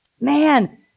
Man